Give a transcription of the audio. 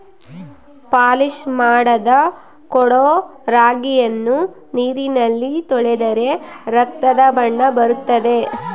polish ಮಾಡದ ಕೊಡೊ ರಾಗಿಯನ್ನು ನೀರಿನಲ್ಲಿ ತೊಳೆದರೆ ರಕ್ತದ ಬಣ್ಣ ಬರುತ್ತದೆ